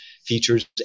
features